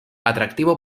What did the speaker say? atractivo